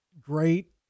great